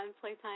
Playtime